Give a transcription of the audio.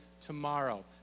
tomorrow